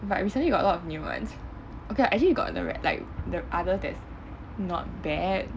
but recently got a lot of new ones okay lah actually got the re~ like the others that's not bad